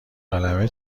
قلمه